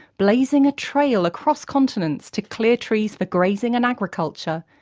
blazing a trail across continents to clear trees for grazing and agriculture,